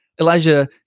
Elijah